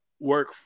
work